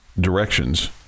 directions